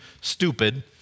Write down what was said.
stupid